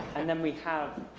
and then we have